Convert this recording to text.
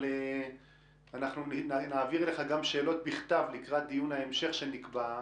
אבל אנחנו נעביר לך גם שאלות בכתב לקראת דיון ההמשך שנקבע.